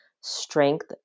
strength